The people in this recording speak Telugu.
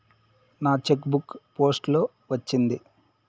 నా చెక్ బుక్ పోస్ట్ లో వచ్చింది